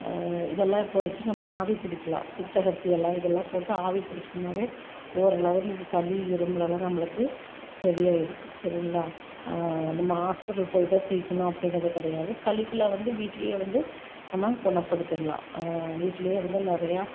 இதெல்லாம் பறித்து நம்ம ஆவி பிடிக்கலாம் சித்தகத்தி எலை இதெல்லாம் போட்டு நம்ம ஆவி புடிச்சோம்னாவே ஓரளவு சளி இருமல் எல்லாம் நம்மளுக்கு சரி ஆயிடும் சரிங்களா நம்ம ஹாஸ்பிட்டல் போய்தான் தீர்க்கணும் அப்புடிங்கிறது கிடையாது சளிக்கெல்லாம் வந்து வீட்டுலேயே வந்து நம்ம குணப்படுத்திடலாம் வீட்லேயே வந்து நிறையா